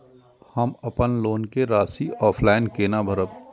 हम अपन लोन के राशि ऑफलाइन केना भरब?